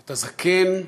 את הזקן בקרבנו.